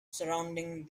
surrounding